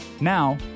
Now